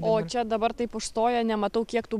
o čia dabar taip užstoja nematau kiek tų